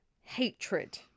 hatred